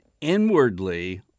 inwardly